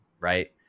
right